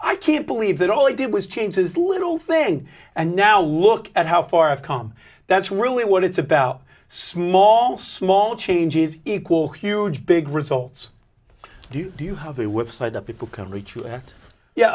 i can't believe that all i did was change his little thing and now look at how far i've come that's really what it's about small small changes equal huge big results do you have a website up people can reach y